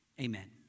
amen